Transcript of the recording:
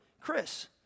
Chris